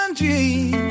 dream